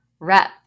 Rep